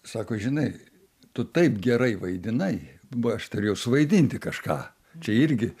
sako žinai tu taip gerai vaidinai bo aš turėjau suvaidinti kažką čia irgi